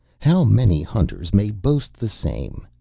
how many hunters may boast the same?